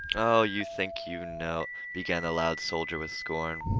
oh, you think you know began the loud soldier with scorn.